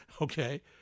Okay